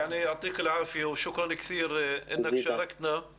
יישר כוח ותודה גדולה (מדבר בערבית).